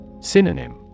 Synonym